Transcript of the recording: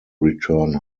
return